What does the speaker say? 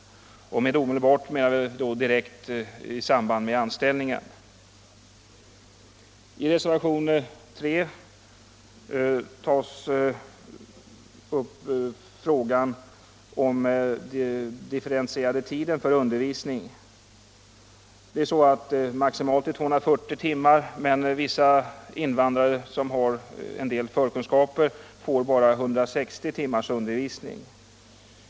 Med omedelbart avser vi direkt i samband med anställningen. I reservationen 3 tar vi upp frågan om begränsning av undervisningen för invandrare med vissa förkunskaper i svenska. Undervisningstiden är maximalt 240 timmar. Invandrare som har vissa förkunskaper får emellertid bara 160 timmars undervisning.